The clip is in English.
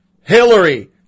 Hillary